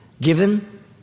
given